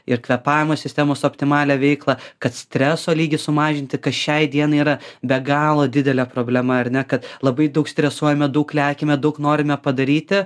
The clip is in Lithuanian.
ir kvėpavimo sistemos optimalią veiklą kad streso lygį sumažinti kas šiai dienai yra be galo didelė problema ar ne kad labai daug stresuojame daug lekiame daug norime padaryti